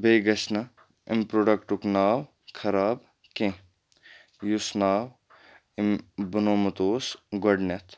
بیٚیہِ گژھِ نہٕ اَمہِ پرٛوڈَکٹُک ناو خراب کینٛہہ یُس ناو أمۍ بنومُت اوس گۄڈنٮ۪تھ